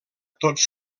tots